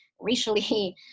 racially